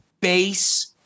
base